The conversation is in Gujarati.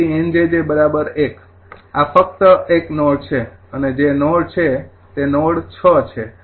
તેથી 𝑁 𝑗𝑗 ૧ આ ફક્ત એક નોડ છે અને જે નોડ છે તે નોડ ૬ છે